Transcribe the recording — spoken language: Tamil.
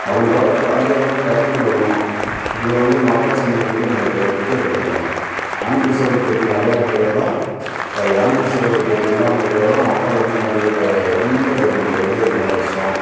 அப்படி பாக்கிறப்ப அதிக அளவில் டிரெயின்கள் விடணும் இது வந்து மக்கள் சந்திக்க கூடிய மிக முக்கிய பிரச்சனை அன்ரிசர்வ்டு பெட்டி நிறையா இருக்கிறதுதான் சாரி அன்ரிசர்வ்டு பெட்டி இல்லாமல் இருக்கிறதுதான் மக்கள் வந்து கண்டிப்பாக ரொம்ப இது பண்ணுறது ரொம்ப கஷ்டம்